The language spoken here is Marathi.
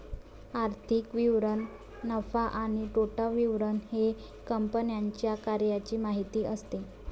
आर्थिक विवरण नफा आणि तोटा विवरण हे कंपन्यांच्या कार्याची माहिती असते